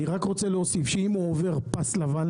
אני רק רוצה להוסיף שאם הוא עובר פס לבן,